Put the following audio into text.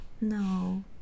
No